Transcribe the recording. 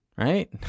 Right